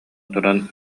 туран